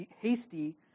hasty